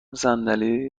صندلی